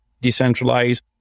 decentralized